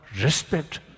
respect